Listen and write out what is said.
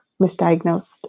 misdiagnosed